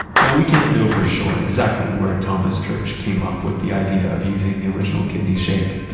now, we can't know for sure exactly where thomas church came up with the idea of using the original kidney shape.